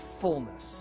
fullness